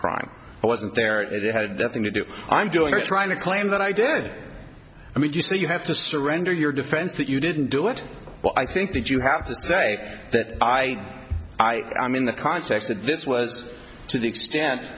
crime i wasn't there it had nothing to do i'm going to try to claim that i did i mean you say you have to surrender your defense that you didn't do it well i think that you have to say that i i i mean the context that this was to the extent